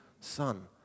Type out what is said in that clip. son